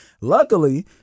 luckily